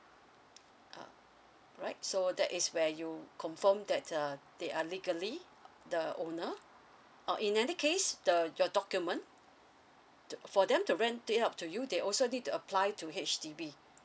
ah right so that is where you confirm that uh they are legally the owner or in any case the your document to for them to rent it out to you they also need to apply to H_D_B